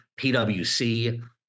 PwC